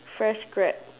fresh grad